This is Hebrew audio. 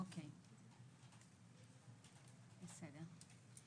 אוקיי, בסדר.